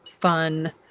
fun